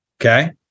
okay